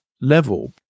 level